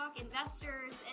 investors